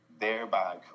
thereby